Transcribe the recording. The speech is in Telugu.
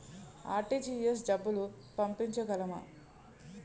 ఆర్.టీ.జి.ఎస్ డబ్బులు పంపించగలము?